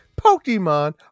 Pokemon